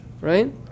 Right